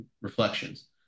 reflections